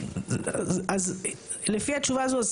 אז לפי התשובה הזאת,